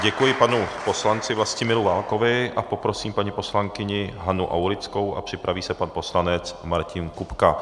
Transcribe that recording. Děkuji panu poslanci Vlastimilu Válkovi, poprosím paní poslankyni Hanu Aulickou a připraví se pan poslanec Martin Kupka.